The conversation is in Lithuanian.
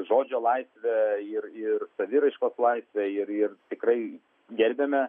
žodžio laisvę ir ir saviraiškos laisvę ir ir tikrai gerbiame